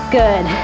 good